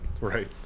Right